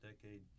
decade